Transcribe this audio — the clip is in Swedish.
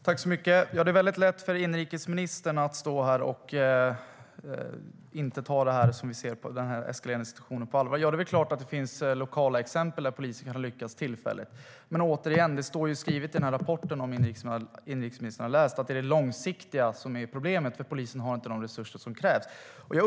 Herr talman! Det är lätt för inrikesministern att stå här i talarstolen och inte ta den eskalerande situationen på allvar. Det är klart att det finns lokala exempel där polisen kan ha lyckats tillfälligt. Men det står återigen skrivet i rapporten, om inrikesministern har läst den, att det är långsiktigheten som är problemet eftersom polisen inte har de resurser som krävs.